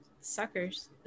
suckers